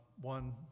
one